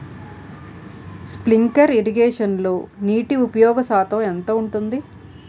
Sprinkler ఇరగేషన్లో నీటి ఉపయోగ శాతం ఎంత ఉంటుంది?